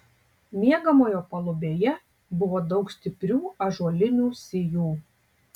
miegamojo palubėje buvo daug stiprių ąžuolinių sijų